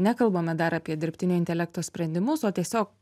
nekalbame dar apie dirbtinio intelekto sprendimus o tiesiog